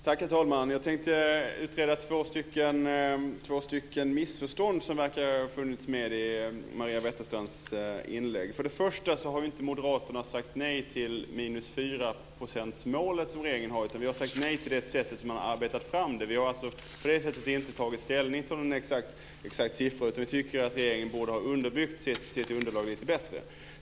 Herr talman! Jag tänkte utreda två missförstånd i Först och främst har inte Moderaterna sagt nej till det 4-procentsmål som regeringen har. Vi har sagt nej till det sätt på vilket man har arbetat fram det. Vi har alltså inte tagit ställning till någon exakt siffra, men vi tycker att regeringen borde ha underbyggt sitt underlag lite bättre.